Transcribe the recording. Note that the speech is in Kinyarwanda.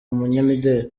umunyamideri